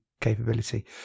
capability